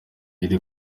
ari